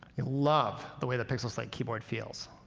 you'll love the way the pixel slate keyboard feels.